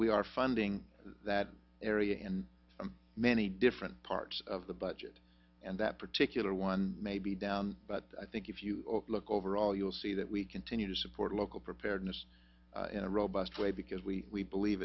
we are funding that area in many different parts of the budget and that particular one may be down but i think if you look overall you'll see that we continue to support local preparedness in a robust way because we believe